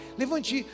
levante